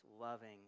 loving